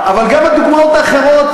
אבל גם הדוגמאות האחרות,